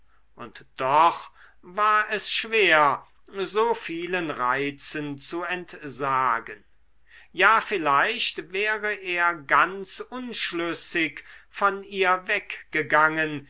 und doch war es schwer so vielen reizen zu entsagen ja vielleicht wäre er ganz unschlüssig von ihr weggegangen